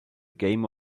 game